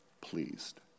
pleased